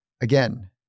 Again